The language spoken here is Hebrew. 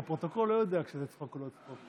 כי הפרוטוקול לא יודע כשזה צחוק או לא צחוק.